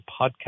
podcast